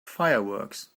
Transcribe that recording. fireworks